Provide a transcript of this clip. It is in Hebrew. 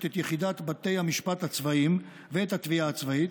את יחידת בתי המשפט הצבאיים ואת התביעה הצבאית.